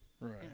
Right